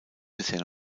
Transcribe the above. bisher